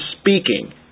speaking